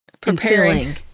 preparing